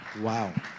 Wow